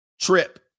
trip